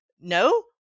no